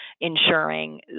ensuring